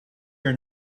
your